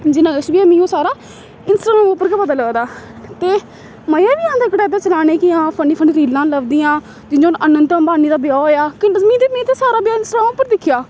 जिन्ना किश बी ऐ मिगी ओह् सारा इंस्टाग्राम उप्पर गै पता लगदा ते मजा बी आंदा चलाने गी फनी फनी रीलां लभदियां जि'यां हून अनंत अंबानी दा ब्याह् होएआ मीं ते सारा ब्याह् इंस्टाग्राम पर दिक्खेआ